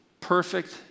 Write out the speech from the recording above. Perfect